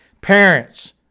parents